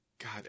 God